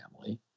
family